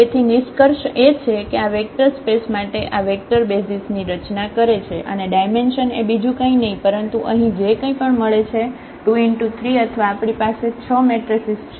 તેથી નિસ્કર્ષ એ છે કે આ વેકટર સ્પેસ માટે આ વેકટર બેસિઝ ની રચના કરે છે અને ડાયમેન્શન એ બીજું કઈ નહિ પરંતુ અહીં જે કઈ પણ મળે છે 2×3 અથવા આપણી પાસે 6 મેટ્રેસીસ છે